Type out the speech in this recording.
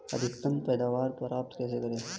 अधिकतम पैदावार प्राप्त कैसे करें?